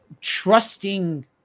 trusting